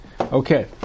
okay